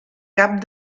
cap